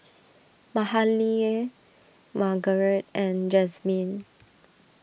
Mahalie Margarite and Jazmin